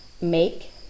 make